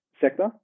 sector